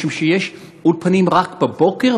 משום שיש אולפנים רק בבוקר,